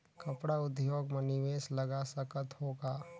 कपड़ा उद्योग म निवेश लगा सकत हो का?